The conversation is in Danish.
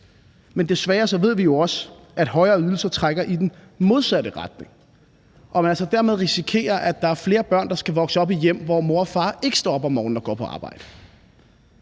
Men desværre ved vi også, at højere ydelser trækker i den modsatte retning, og at man dermed risikerer, at der er flere børn, der skal vokse op i hjem, hvor mor og far ikke står op om morgenen og går på arbejde.